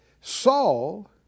Saul